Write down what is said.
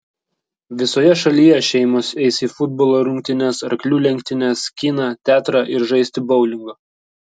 visoje šalyje šeimos eis į futbolo rungtynes arklių lenktynes kiną teatrą ir žaisti boulingo